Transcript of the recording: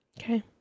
Okay